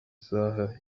saha